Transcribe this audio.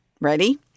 Ready